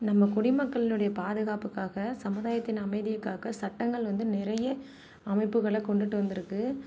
நம்ம குடிமக்களுடைய பாதுகாப்புக்காக சமுதாயத்தின் அமைதிக்காக சட்டங்கள் வந்து நிறைய அமைப்புகளை கொண்டுகிட்டு வந்துருக்குது